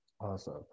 Awesome